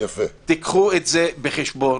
תביאו את זה בחשבון.